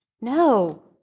No